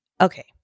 Okay